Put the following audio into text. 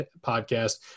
podcast